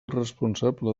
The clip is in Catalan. responsable